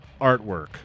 artwork